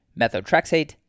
methotrexate